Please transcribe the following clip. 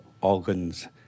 organs